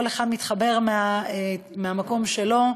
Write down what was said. כל אחד מתחבר מהמקום שלו.